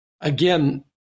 Again